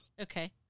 Okay